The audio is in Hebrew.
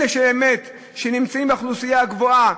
אלה שנמצאים באוכלוסייה הגבוהה,